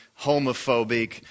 homophobic